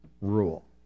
rule